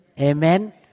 Amen